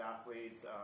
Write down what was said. athletes